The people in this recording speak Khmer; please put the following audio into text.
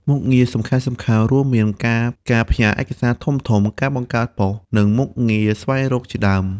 មុខងារសំខាន់ៗរួមមាន ការផ្ញើឯកសារធំៗ ការបង្កើតប៉ុស្តិ៍ និងមុខងារស្វែងរកជាដើម។